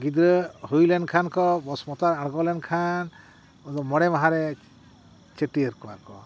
ᱜᱤᱫᱽᱨᱟᱹ ᱦᱩᱭ ᱞᱮᱱᱠᱷᱟᱱ ᱠᱚ ᱵᱚᱥᱢᱚᱛᱟᱭ ᱟᱬᱜᱚᱞᱮᱱ ᱠᱷᱟᱱ ᱟᱫᱚ ᱢᱚᱬᱮ ᱢᱟᱦᱟ ᱨᱮ ᱪᱷᱟᱹᱴᱭᱟᱹᱨ ᱠᱚᱣᱟ ᱠᱚ